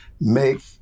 make